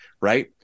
right